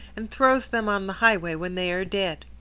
and throws them on the highway when they are dead.